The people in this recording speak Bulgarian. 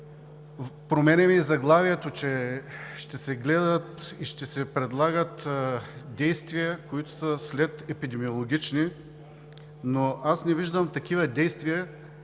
променяме и заглавието – че ще се гледат и ще се предлагат действия, които са следепидемиологични, но аз не виждам да се